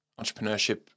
entrepreneurship